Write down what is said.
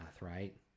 right